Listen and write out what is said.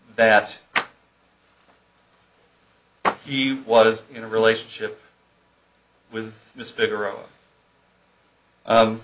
that he was in a relationship with